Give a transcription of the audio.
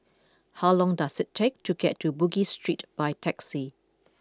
how long does it take to get to Bugis Street by taxi